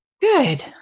Good